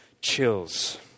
chills